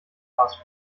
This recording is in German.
class